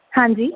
ਹਾਂਜੀ